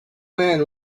man